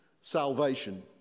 salvation